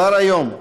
כבר היום,